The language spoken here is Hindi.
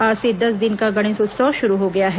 आज से दस दिन का गणेशोत्सव शुरू हो गया है